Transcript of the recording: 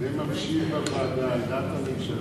לחקיקה וממשיך בוועדה על דעת הממשלה,